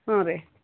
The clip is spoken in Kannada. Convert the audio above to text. ಹ್ಞೂ ರೀ